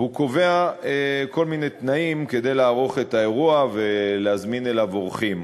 והוא קובע כל מיני תנאים כדי לערוך את האירוע ולהזמין אליו אורחים.